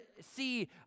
see